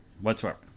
whatsoever